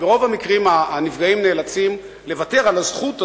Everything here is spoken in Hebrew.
וברוב המקרים הנפגעים נאלצים לוותר על הזכות הזאת,